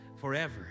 forever